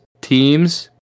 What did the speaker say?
teams